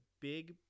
big